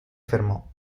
fermò